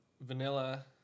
vanilla